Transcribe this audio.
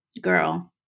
Girl